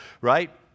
Right